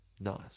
nice